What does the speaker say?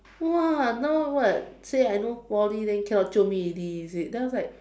!wah! now what say I no Poly then cannot jio me already is it then I was like